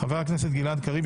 חבר הכנסת גלעד קריב,